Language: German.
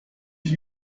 ich